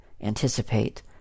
anticipate